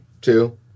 two